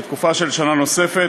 לתקופה של שנה נוספת,